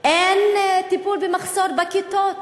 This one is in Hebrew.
טיפול במחסור בכיתות,